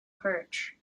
perch